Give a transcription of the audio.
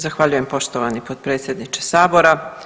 Zahvaljujem poštovani potpredsjedniče Sabora.